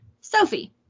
Sophie